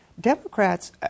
Democrats